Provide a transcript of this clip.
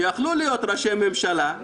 שיכלו להיות ראשי ממשלה,